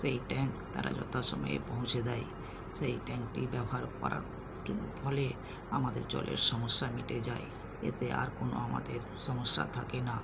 সেই ট্যাঙ্ক তারা যথাসময়ে পৌঁছে দেয় সেই ট্যাঙ্কটি ব্যবহার করার টুনু ফলে আমাদের জলের সমস্যা মিটে যায় এতে আর কোনো আমাদের সমস্যা থাকে না